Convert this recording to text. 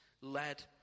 led